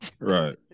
Right